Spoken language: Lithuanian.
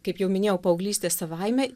kaip jau minėjau paauglystė savaime